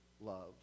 love